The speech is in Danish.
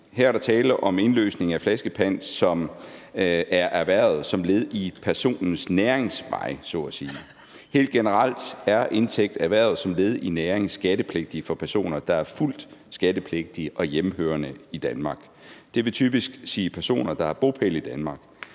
Her er der tale om indløsning af flaskepant, som er erhvervet som led i personens næringsvej så at sige. Helt generelt er indtægter erhvervet som led i næring skattepligtige for personer, der er fuldt skattepligtige og hjemmehørende i Danmark. Det vil typisk sige personer, der har bopæl i Danmark.